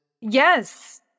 Yes